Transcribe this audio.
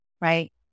right